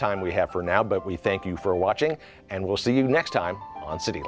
time we have for now but we thank you for watching and we'll see you next time on city